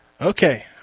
Okay